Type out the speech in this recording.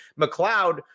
McLeod